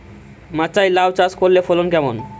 মাচায় লাউ চাষ করলে ফলন কেমন?